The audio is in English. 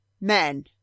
men